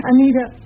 Anita